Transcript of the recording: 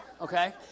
okay